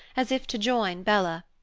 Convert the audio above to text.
as if to join bella.